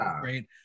great